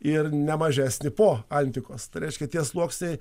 ir ne mažesnį po antikos tai reiškia tie sluoksniai